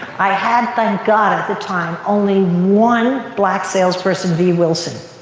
i had, thank god, at the time only one black salesperson, v wilson,